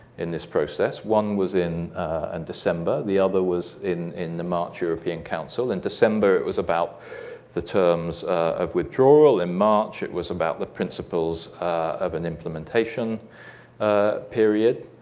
in this process one was in and december, the other was in in the march european council. in december it was about the terms of withdrawal. in march, it was about the principles of an implementation period.